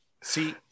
See